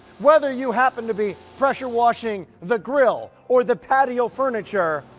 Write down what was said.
whether you happen to be pressure washing the grill, or the patio furniture,